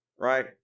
Right